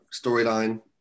storyline